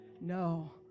no